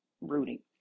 rooting